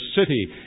city